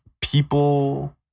people